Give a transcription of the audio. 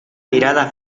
mirada